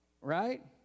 Right